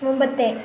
മുമ്പത്തെ